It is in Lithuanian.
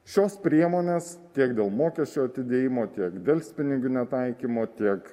šios priemonės tiek dėl mokesčių atidėjimo tiek delspinigių netaikymo tiek